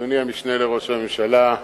אדוני המשנה לראש הממשלה,